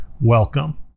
welcome